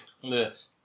Yes